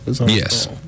Yes